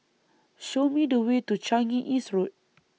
Show Me The Way to Changi East Road